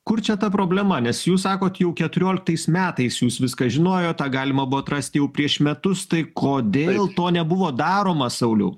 kur čia ta problema nes jūs sakot jau keturioliktais metais jūs viską žinojot tą galima buvo atrasti jau prieš metus tai kodėl to nebuvo daroma sauliau